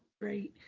great.